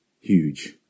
huge